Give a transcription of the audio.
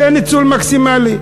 יהיה ניצול מקסימלי.